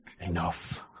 Enough